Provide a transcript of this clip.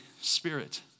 Spirit